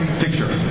picture